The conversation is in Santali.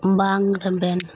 ᱵᱟᱝ ᱨᱮᱵᱮᱱ